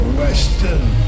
western